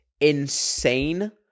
insane